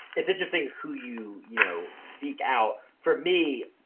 it's interesting who you you know seek out. for me,